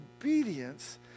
obedience